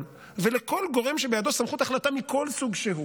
ולכל גורם שבידו סמכות החלטה מכל סוג שהוא: